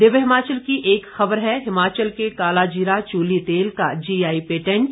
दिव्य हिमाचल की एक ख़बर है हिमाचल के काला जीरा चूली तेल का जीआई पेटेंट